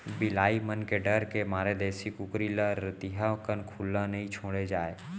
बिलाई मन के डर के मारे देसी कुकरी ल रतिहा कन खुल्ला नइ छोड़े जाए